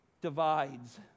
divides